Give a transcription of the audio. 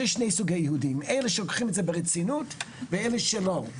יש שני סוגי יהודים: אלה שלוקחים את זה ברצינות ואלה שלא.